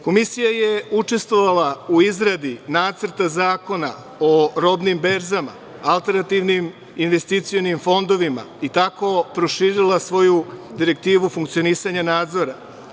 Komisija je učestvovala u izradi Nacrta zakona o robnim berzama, alternativnim investicionim fondovima i tako proširila svoju direktivu funkcionisanja nadzora.